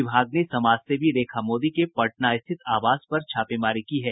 विभाग ने समाजसेवी रेखा मोदी के पटना स्थित आवास पर छापेमारी की है